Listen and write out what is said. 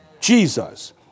Jesus